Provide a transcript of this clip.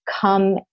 come